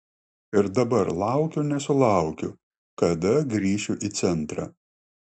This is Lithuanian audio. ir dabar laukiu nesulaukiu kada grįšiu į centrą